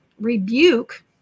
rebuke